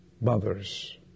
mothers